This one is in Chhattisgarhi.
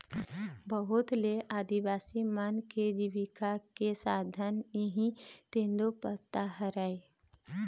बहुत ले आदिवासी मन के जिविका के साधन इहीं तेंदूपत्ता हरय